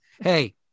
Hey